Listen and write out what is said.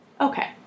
Okay